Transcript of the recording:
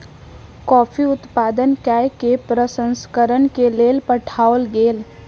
coffee उत्पादन कय के प्रसंस्करण के लेल पठाओल गेल